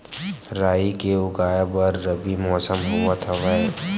राई के उगाए बर रबी मौसम होवत हवय?